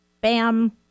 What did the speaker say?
Bam